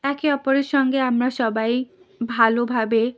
একে অপরের সঙ্গে আমরা সবাই ভালোভাবে